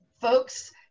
Folks